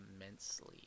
immensely